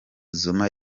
zuma